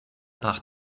nach